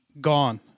gone